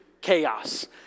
chaos